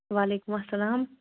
وعلیکُم اَسَلام